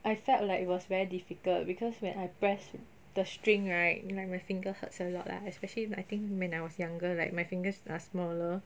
I felt like it was very difficult because when I press the string right like my finger hurts a lot lah especially I think when I was younger like my fingers are smaller